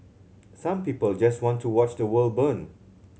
some people just want to watch the world burn